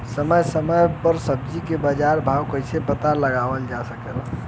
समय समय समय पर सब्जी क बाजार भाव कइसे पता लगावल जा सकेला?